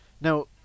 Now